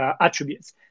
attributes